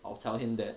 I'll tell him that